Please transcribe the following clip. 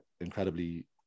incredibly